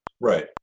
right